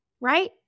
right